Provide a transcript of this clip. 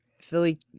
Philly